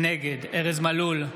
נגד ארז מלול,